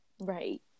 right